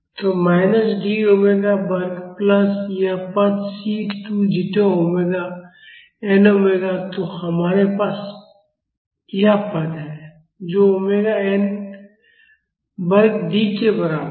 तो minus D omega वर्ग plus यह पद C 2 zeta omega n omega तो हमारे पास यह पद है जो ओमेगा एन वर्ग डी के बराबर है